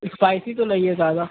spicy تو نہیں ہے زیادہ